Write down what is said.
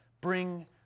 bring